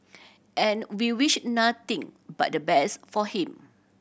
and we'll wish nothing but the best for him